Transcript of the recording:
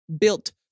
built